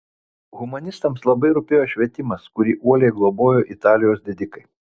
humanistams labai rūpėjo švietimas kurį uoliai globojo italijos didikai